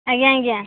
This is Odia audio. ଆଜ୍ଞା ଆଜ୍ଞା